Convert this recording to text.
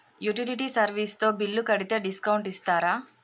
Utility service తో bill కడితే discount ఇస్తరా?